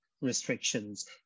restrictions